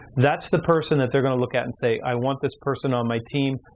that's the person that they're gonna look at and say, i want this person on my team.